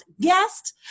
guest